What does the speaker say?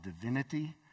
divinity